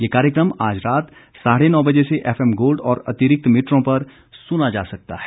यह कार्यक्रम आज रात साढे नौ बजे से एफएम गोल्ड और अतिरिक्त मीटरों पर सुना जा सकता है